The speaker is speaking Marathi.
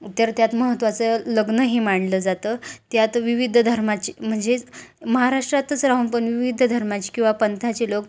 तर त्यात महत्त्वाचं लग्नही मानलं जातं त्यात विविध धर्माचे म्हणजेच महाराष्ट्रातच राहून पण विविध धर्माचे किंवा पंथाचे लोक